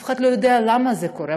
אף אחד לא יודע למה זה קורה,